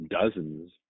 dozens